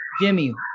jimmy